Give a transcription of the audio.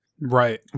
Right